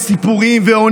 שאתה